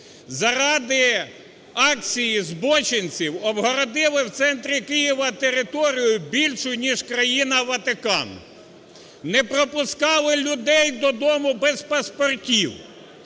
Заради акції збоченців обговорили в центрі Києва територію, більшу, ніж Країна Ватикан! Не пропускали людей додому без паспортів.